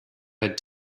had